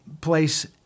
place